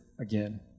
again